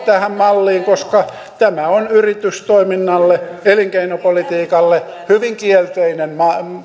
tähän malliin koska tämä on yritystoiminnalle elinkeinopolitiikalle hyvin kielteinen